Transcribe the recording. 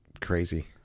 crazy